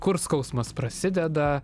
kur skausmas prasideda